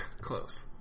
Close